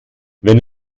wenn